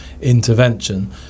intervention